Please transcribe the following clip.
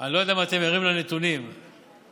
אני לא יודע אם אתם ערים לנתונים, זהו?